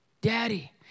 daddy